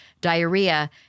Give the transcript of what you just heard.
diarrhea